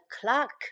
clock